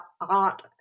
art